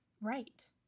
right